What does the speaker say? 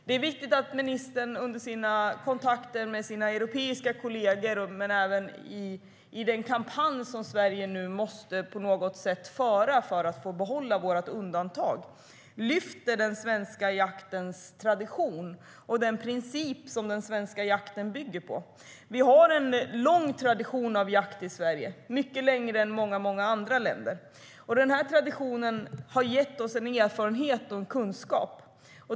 Det är viktigt att ministern under sina kontakter med sina europeiska kollegor och även i den kampanj som Sverige nu på något sätt måste föra för att få behålla vårt undantag lyfter fram den svenska jaktens tradition och den princip som den svenska jakten bygger på. Vi har en lång tradition av jakt i Sverige, mycket längre än i många andra länder. Den traditionen har gett oss en erfarenhet och en kunskap.